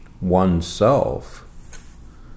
oneself